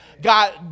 God